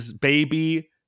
baby